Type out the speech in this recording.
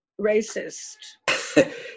racist